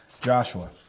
Joshua